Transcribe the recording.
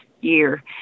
year